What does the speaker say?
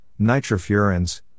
nitrofurans